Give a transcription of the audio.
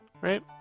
right